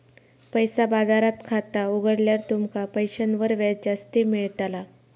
पैसा बाजारात खाता उघडल्यार तुमका पैशांवर व्याज जास्ती मेळताला